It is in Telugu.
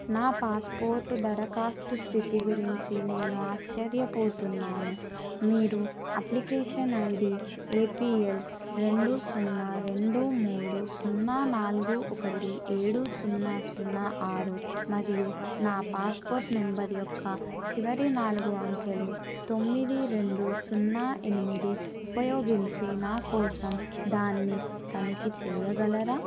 నా పాస్పోర్ట్ దరఖాస్తు స్థితి గురించి నేను ఆశ్చర్యపోతున్నాను మీరు అప్లికేషన్ ఐడీ ఏపీఎల్ రెండు సున్నా రెండు మూడు సున్నా నాలుగు ఒకటి ఏడు సున్నా సున్నా ఆరు మరియు నా పాస్పోర్ట్ నెంబర్ యొక్క చివరి నాలుగు అంకెలు తొమ్మిది రెండు సున్నా ఎనిమిది ఉపయోగించి నా కోసం దాన్ని తనిఖీ చెయ్యగలరా